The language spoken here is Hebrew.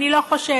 אני לא חושבת.